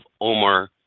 Omar